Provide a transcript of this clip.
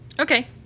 Okay